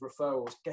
referrals